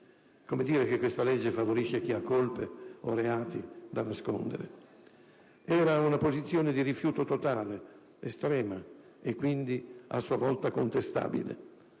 come a dire che questo disegno di legge favorisce chi ha colpe o reati da nascondere. Era una posizione di rifiuto totale, estrema, e quindi a sua volta contestabile.